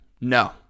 no